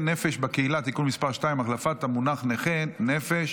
נפש בקהילה (תיקון מס' 2) (החלפת המונח נכה נפש),